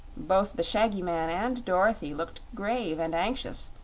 both the shaggy man and dorothy looked grave and anxious,